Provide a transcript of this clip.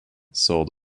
sold